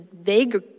vague